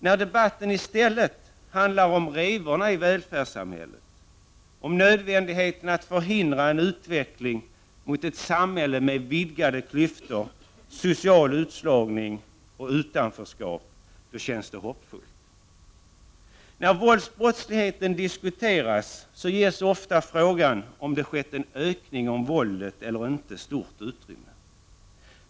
När debatten i stället handlar om revorna i välfärdssamhället, om nödvändigheten av att förhindra en utveckling mot ett samhälle med vidgade klyftor, social utslagning och utanförskap, då känns det hoppfullt. När våldsbrottsligheten diskuteras får frågan om det har skett en ökning av våldet eller inte stort utrymme.